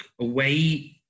away